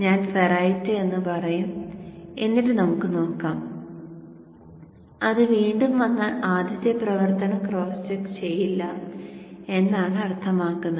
ഞാൻ ഫെറൈറ്റ് എന്ന് പറയും എന്നിട്ട് നമുക്ക് നോക്കാം അത് വീണ്ടും വന്നാൽ ആദ്യത്തെ ആവർത്തനം ക്രോസ് ചെക്ക് ചെയ്യില്ല എന്നാണ് അർത്ഥമാക്കുന്നത്